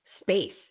space